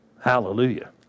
Hallelujah